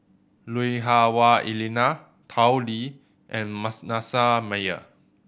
Lui Hah Wah Elena Tao Li and Manasseh Meyer